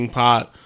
pot